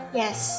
yes